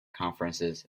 conferences